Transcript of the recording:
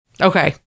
Okay